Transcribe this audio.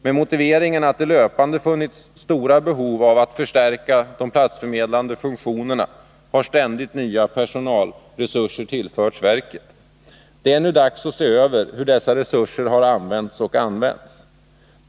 Med motiveringen att det löpande funnits stora behov av att förstärka de platsförmedlande funktionerna har ständigt nya personalresurser tillförts verket. Det är nu dags att se över hur dessa resurser har använts och används.